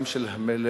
גם של המלך